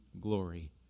glory